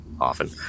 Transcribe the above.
often